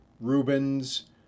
Rubens